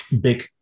Big